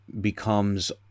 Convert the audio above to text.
becomes